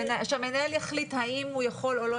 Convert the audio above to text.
שהמנהל יחליט האם הוא יכול לעשות או לא